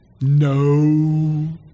no